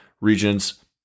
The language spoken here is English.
regions